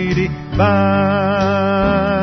divine